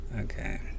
Okay